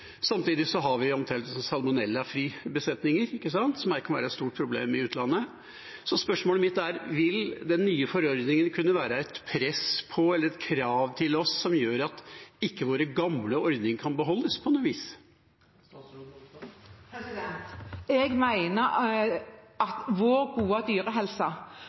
Samtidig har vi omtrent salmonellafrie besetninger, som kan være et stort problem i utlandet. Så spørsmålet mitt er: Vil den nye forordningen kunne være et press på eller et krav til oss som gjør at våre gamle ordninger ikke kan beholdes på noe vis? Jeg mener at vår gode